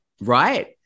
Right